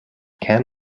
can